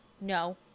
no